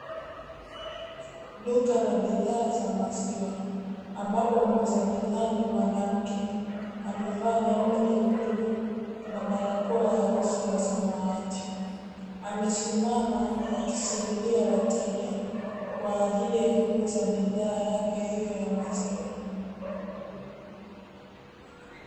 Duka la bidhaa za maziwa, ambapo muuza bidhaa ni mwanamke amevaa gauni jekundu na barakoa ya uso ya samawati. Amesimama akisubiria wateja kwa ajili ya kuuza bidhaa yake hiyo ya maziwa.